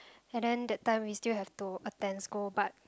and then that time we still have to attend school but